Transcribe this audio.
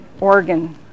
organ